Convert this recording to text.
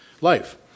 life